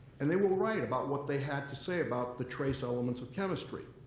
and they were right about what they had to say about the trace elements of chemistry.